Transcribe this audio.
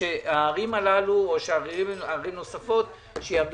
ושהערים האלה וערים נוספות שיעמדו